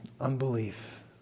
unbelief